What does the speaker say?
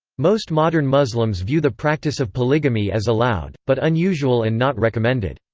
most modern muslims view the practice of polygamy as allowed, but unusual and not recommended.